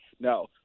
No